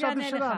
אני תכף אענה לך.